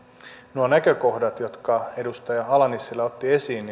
nuo näkökohdat jotka edustaja ala nissilä otti esiin